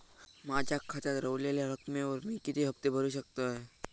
माझ्या खात्यात रव्हलेल्या रकमेवर मी किती हफ्ते भरू शकतय?